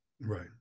Right